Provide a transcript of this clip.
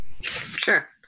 Sure